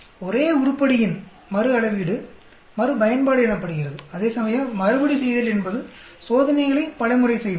ஒரே உருப்படியின் மறுஅளவீடு மறுபயன்பாடு எனப்படுகிறது அதேசமயம் மறுபடிசெய்தல் என்பது சோதனைகளை பலமுறை செய்வது